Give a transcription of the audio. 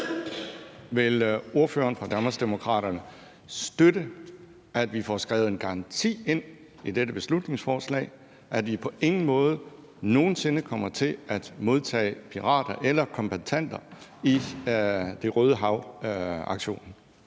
Vil ordføreren fra Danmarksdemokraterne støtte, at vi får skrevet en garanti ind i dette beslutningsforslag om, at vi på ingen måde nogen sinde kommer til at modtage pirater eller kombattanter fra Det Røde Hav-aktionen?